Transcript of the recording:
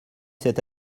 cet